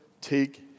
take